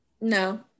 no